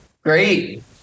Great